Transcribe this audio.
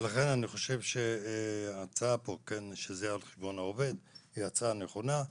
לכן אני חושב שההצעה על פיה זה יהיה על חשבון העובד היא הצעה נכונה.